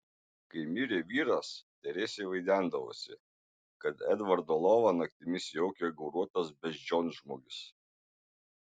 kai mirė vyras teresei vaidendavosi kad edvardo lovą naktimis jaukia gauruotas beždžionžmogis